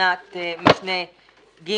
בתקנת משנה (ג)(2)".